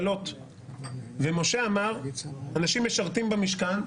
משה אמר: אנשים משרתים במשכן,